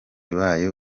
bayo